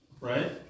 right